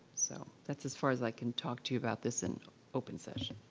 so that's as far as i can talk to you about this in open session.